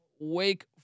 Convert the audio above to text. wake